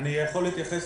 יכול להתייחס,